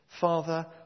Father